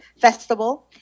Festival